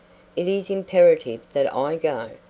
it is imperative that i go,